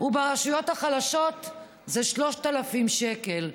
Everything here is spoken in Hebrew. וברשויות החלשות זה 3,000 שקל.